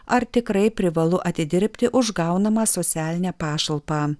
ar tikrai privalu atidirbti už gaunamą socialinę pašalpą